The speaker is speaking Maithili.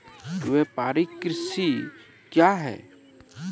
व्यापारिक कृषि क्या हैं?